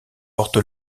porte